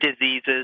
diseases